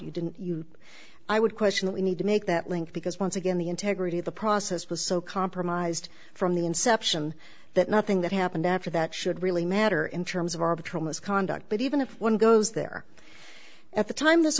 you didn't you i would question we need to make that link because once again the integrity of the process was so compromised from the inception that nothing that happened after that should really matter in terms of arbitron misconduct but even if one goes there at the time th